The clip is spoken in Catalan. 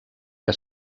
que